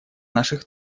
наших